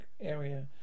area